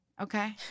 Okay